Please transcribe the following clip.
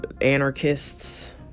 anarchists